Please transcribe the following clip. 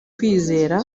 kwizera